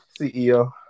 CEO